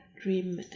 dream